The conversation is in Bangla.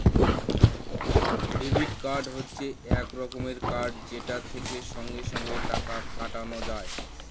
ডেবিট কার্ড হচ্ছে এক রকমের কার্ড যেটা থেকে সঙ্গে সঙ্গে টাকা কাটানো যায়